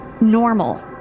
normal